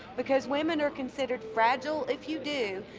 because women are considered fragile if you do.